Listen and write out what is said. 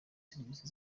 serivisi